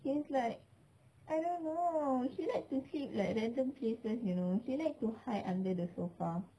he's like I don't know he like to sleep like dozen places you know he like to hide under the sofa